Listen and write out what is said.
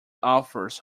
authors